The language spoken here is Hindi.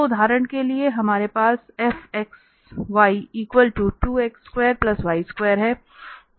तो उदाहरण के लिए हमारे पास Fxy2x2y2 है